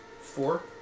four